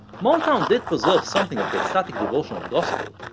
motown did preserve something of the ecstatic devotion of gospel,